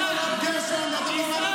גזען.